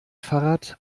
fahrrad